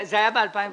זה היה ב-2012?